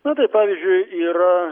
na tai pavyzdžiui yra